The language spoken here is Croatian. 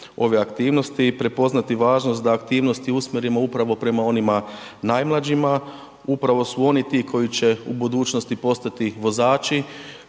ove aktivnosti prepoznati važnost da aktivnosti usmjerimo upravo prema onima najmlađima. Upravo su oni ti koji će u budućnosti postati vozači,